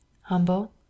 Humble